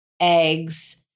Eggs